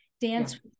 dance